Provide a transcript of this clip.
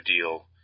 Deal